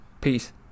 Peace